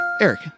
Eric